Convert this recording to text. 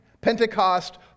Pentecost